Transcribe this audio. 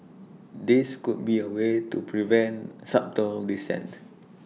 this could be A way to prevent subtle dissent